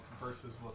versus